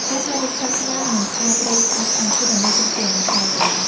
ការថតរូបសត្វស្លាប និងផ្កាព្រៃស្អាតៗ គឺដើម្បីទុកជាអនុស្សាវរីយ៍។